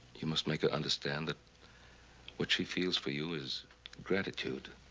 you must make her understand that what she feels for you is gratitude,